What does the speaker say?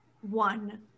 one